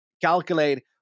calculate